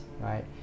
right